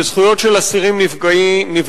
וזכויות של אסירים נפגעות,